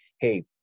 hey